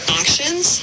actions